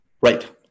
Right